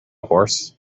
horse